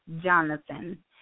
Jonathan